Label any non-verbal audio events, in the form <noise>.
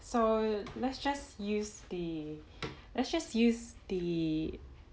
so let's just use the <breath> let's just use the